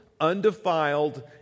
undefiled